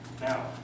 Now